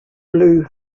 blew